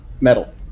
Metal